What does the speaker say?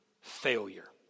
failure